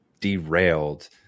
derailed